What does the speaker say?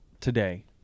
today